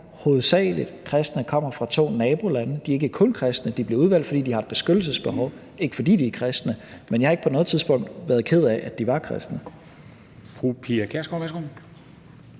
hovedsagelig er kristne, der kommer fra to nabolande. Men de er ikke kun kristne. De er blevet udvalgt, fordi de har et beskyttelsesbehov, og ikke fordi de er kristne. Men jeg har ikke på noget tidspunkt været ked af, at de er kristne.